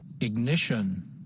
Ignition